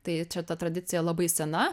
tai čia ta tradicija labai sena